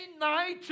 night